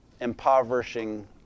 impoverishing